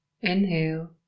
Inhale